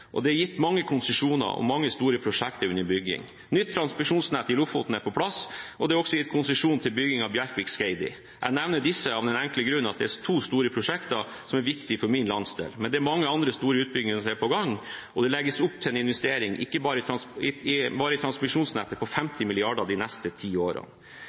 Norge. Det er gitt mange konsesjoner, og mange store prosjekter er under bygging. Nytt transmisjonsnett i Lofoten er på plass, og det er også gitt konsesjon til bygging av Bjerkvik–Skaidi. Jeg nevner disse av den enkle grunn at det er to store prosjekter som er viktige for min landsdel. Men det er mange andre store utbygginger som er på gang, og det legges opp til en investering bare i transmisjonsnettet på 50 mrd. kr de neste ti årene.